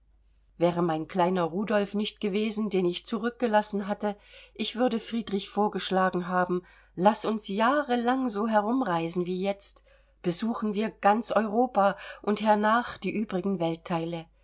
wäre mein kleiner rudolf nicht gewesen den ich zurückgelassen hatte ich würde friedrich vorgeschlagen haben laß uns jahrelang so herumreisen wie jetzt besuchen wir ganz europa und hernach die übrigen weltteile